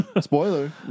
Spoiler